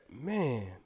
Man